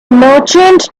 merchant